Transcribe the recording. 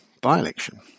by-election